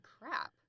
crap